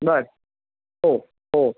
बर हो हो